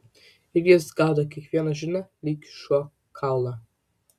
ir jis gaudė kiekvieną žinią lyg šuo kaulą